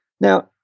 Now